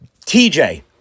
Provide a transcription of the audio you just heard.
TJ